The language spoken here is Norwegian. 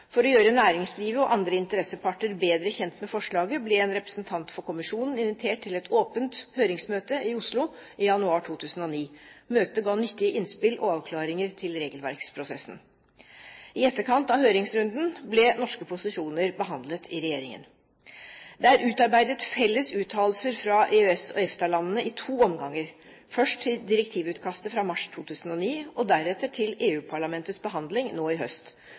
For å gjøre næringslivet og andre interesseparter bedre kjent med forslaget ble en representant for kommisjonen invitert til et åpent høringsmøte i Oslo i januar 2009. Møtet ga nyttige innspill og avklaringer til regelverksprosessen. I etterkant av høringsrunden ble norske posisjoner behandlet i regjeringen. Det er utarbeidet felles uttalelser fra EØS/EFTA-landene i to omganger: først til direktivutkastet fra mars 2009 og deretter til EU-parlamentets behandling nå sist høst.